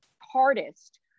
hardest